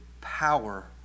power